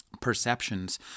perceptions